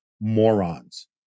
morons